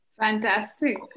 Fantastic